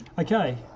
Okay